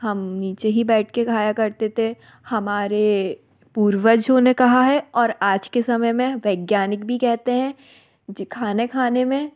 हम नीचे ही बैठ के खाया करते ते हमारे पूर्वजों ने कहा है और आज के समय में वैज्ञानिक भी कहते हैं कि खाने खाने में